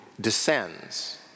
descends